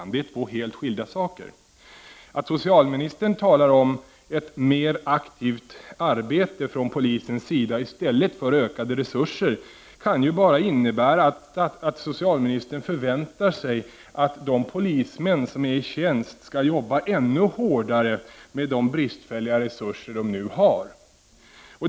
Det är två helt skilda saker. Att socialministern talar om ett mera aktivt arbete från polisens sida i stället för ökade resurser kan bara innebära att socialministern förväntar sig att de polismän som är i tjänst skall arbeta ännu hårdare med de bristfälliga resurser som de nu har.